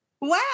Wow